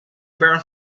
burn